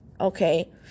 okay